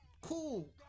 Cool